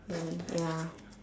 and ya